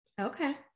Okay